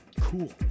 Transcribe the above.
cool